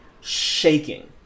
shaking